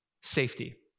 safety